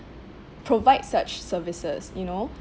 provides such services you know